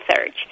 search